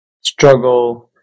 struggle